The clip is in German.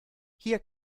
hier